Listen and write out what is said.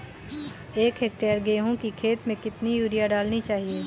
एक हेक्टेयर गेहूँ की खेत में कितनी यूरिया डालनी चाहिए?